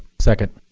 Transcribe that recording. second.